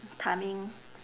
timing